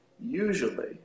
usually